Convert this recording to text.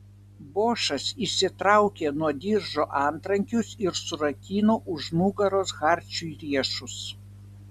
bošas išsitraukė nuo diržo antrankius ir surakino už nugaros hardžiui riešus